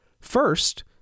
First